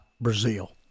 Brazil